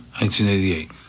1988